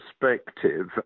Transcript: perspective